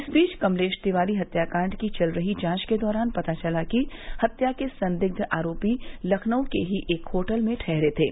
इस बीच कमलेश तिवारी हत्याकांड की चल रही जांच के दौरान पता चला है कि हत्या के संदिग्ध आरोपी लखनऊ के ही एक होटल में ठहरे थे